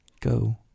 go